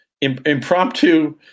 Impromptu